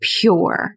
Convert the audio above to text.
pure